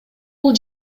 бул